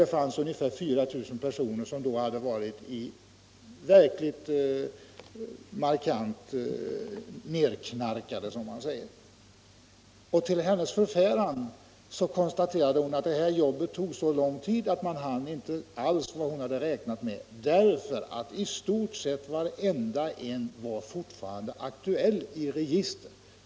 Där fanns det ungefär 4 000 personer som då hade varit markant nedknarkade. Till sin förfäran konstaterade hon att det här jobbet tog så lång tid att hon inte alls hann med vad hon hade räknat med. I stort sett varenda en var nämligen fortfarande aktuell i registret.